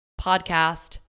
podcast